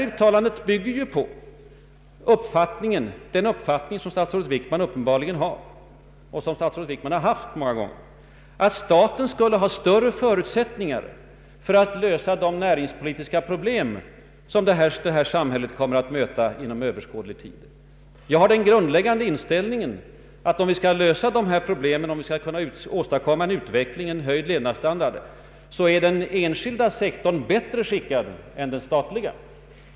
Uttalandet bygger emellertid på den uppfattning som statsrådet Wickman uppenbarligen har och har företrätt många gånger, nämligen att staten skulle ha större förutsättningar att lösa de näringspolitiska problem som vårt samhälle kommer att möta inom överskådlig tid. Jag däremot har den grundläggande inställningen, att om vi skall kun na lösa dessa problem och åstadkomma en utveckling med höjd levnadsstandard är den enskilda sektorn bättre skickad för det än den statliga.